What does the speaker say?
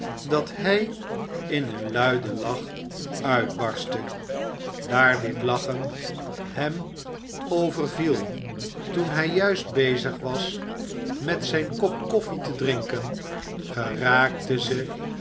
dat hij in een luiden lach uitbarstte daar dit lachen hem overviel toen hij juist bezig was met zijn kop koffie te drinken geraakte ze